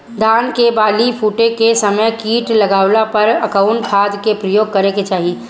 धान के बाली फूटे के समय कीट लागला पर कउन खाद क प्रयोग करे के चाही?